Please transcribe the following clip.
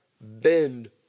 bend